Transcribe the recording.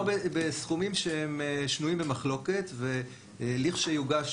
מדובר בסכומים שנויים במחלוקת ולכשיוגש